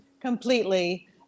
completely